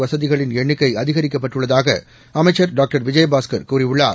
வசதிகளின் எண்ணிக்கை அதிகரிக்கப்பட்டுள்ளதாக அமைச்சர் டாக்டர் விஜயபாஸ்கர் கூறியுள்ளார்